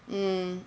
mm